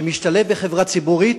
משתלב בחברה ציבורית